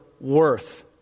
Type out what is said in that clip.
worth